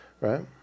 right